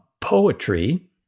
poetry